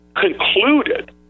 concluded